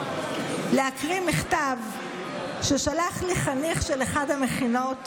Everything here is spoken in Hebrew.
להקריא מכתב ששלח לי חניך של אחת המכינות,